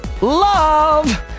Love